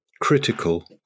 critical